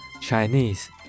Chinese